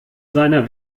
seiner